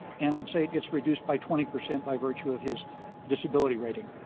and let's say it gets reduced by twenty percent by virtue of his disability rating,